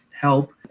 help